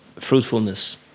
fruitfulness